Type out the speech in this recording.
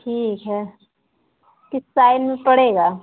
ठीक है किस साइड में पड़ेगा